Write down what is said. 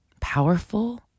powerful